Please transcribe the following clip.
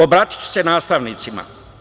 Obratiću se nastavnicima.